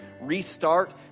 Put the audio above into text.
restart